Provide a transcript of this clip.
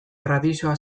tradizioa